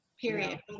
period